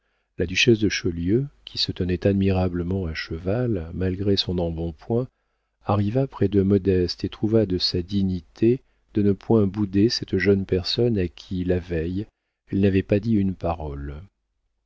la duchesse de chaulieu qui se tenait admirablement à cheval malgré son embonpoint arriva près de modeste et trouva de sa dignité de ne point bouder cette jeune personne à qui la veille elle n'avait pas dit une parole